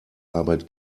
arbeit